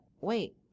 wait